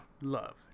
love